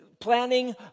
planning